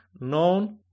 known